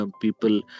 people